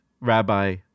Rabbi